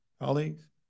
colleagues